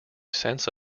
sense